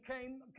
came